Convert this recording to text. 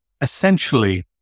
Essentially